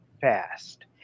fast